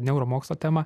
neuromokslo tema